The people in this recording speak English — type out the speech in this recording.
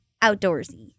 outdoorsy